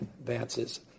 advances